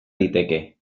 liteke